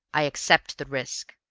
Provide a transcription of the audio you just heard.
i accept the risk.